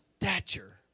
stature